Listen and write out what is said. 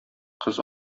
кыз